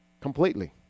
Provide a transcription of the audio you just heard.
completely